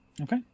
Okay